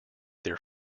their